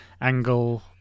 angle